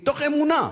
מתוך אמונה,